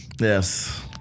Yes